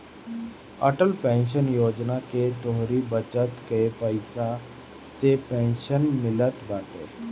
Atal pension Yojana में तोहरी बचत कअ पईसा से पेंशन मिलत बाटे